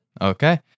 Okay